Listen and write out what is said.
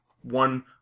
one